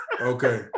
Okay